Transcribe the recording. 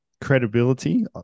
credibility